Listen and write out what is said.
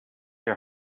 your